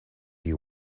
you